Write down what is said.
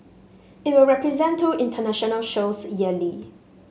it will present two international shows yearly